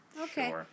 Okay